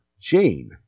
Jane